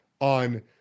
on